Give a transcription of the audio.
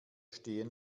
stehen